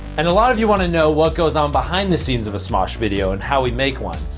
and a lot of you want to know what goes on behind the scenes of a smosh video and how we make one,